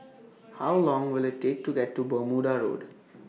How Long Will IT Take to Walk to Bermuda Road